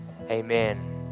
Amen